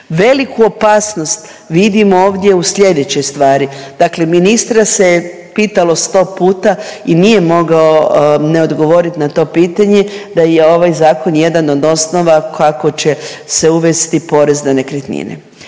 Veliku opasnost vidim ovdje u sljedećoj stvari. Dakle ministra se pitalo 100 puta i nije mogao ne odgovoriti na to pitanje, da je ovaj Zakon jedan od osnova kako će se uvesti porez na nekretnine.